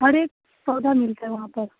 हरेक पौधा मिलता है वहाँ पर